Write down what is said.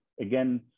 again